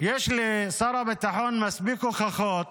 יש לשר הביטחון מספיק הוכחות